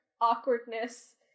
awkwardness